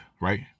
right